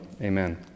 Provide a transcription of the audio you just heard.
Amen